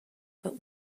but